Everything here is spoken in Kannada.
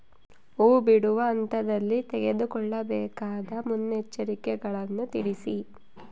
ಹೂ ಬಿಡುವ ಹಂತದಲ್ಲಿ ತೆಗೆದುಕೊಳ್ಳಬೇಕಾದ ಮುನ್ನೆಚ್ಚರಿಕೆಗಳನ್ನು ತಿಳಿಸಿ?